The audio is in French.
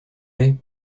lait